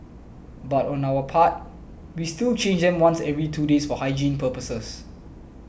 but on our part we still change them once every two days for hygiene purposes